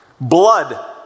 Blood